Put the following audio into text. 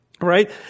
right